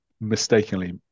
mistakenly